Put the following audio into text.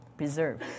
preserve